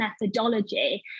methodology